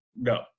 No